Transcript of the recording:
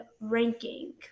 ranking